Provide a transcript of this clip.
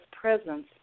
presence